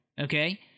Okay